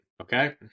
okay